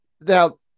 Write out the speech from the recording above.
Now